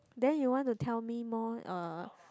then you want to tell me more uh